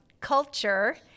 culture